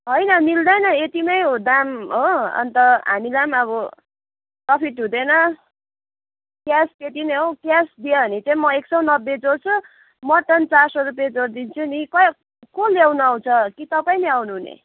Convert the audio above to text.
होइन मिल्दैन यतिमै हो दाम हो अन्त हामीलाई पनि अब प्रफिट हुँदैन क्यास त्यति नै हो क्यास दियो भने चाहिँ म एक सौ नब्बे जोड्छु मटन चार सौ रुपियाँ जोडिदिन्छु नि को ल्याउनु आउँछ कि तपाईँ नै आउनुहुने